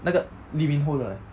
那个 lee min [ho] 的 leh